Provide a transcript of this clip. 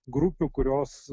grupių kurios